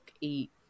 eat